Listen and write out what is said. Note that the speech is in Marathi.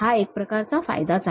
हा एक प्रकारचा फायदाच आहे